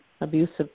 abusive